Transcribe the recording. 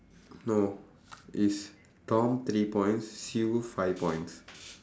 no it's tom three points sue five points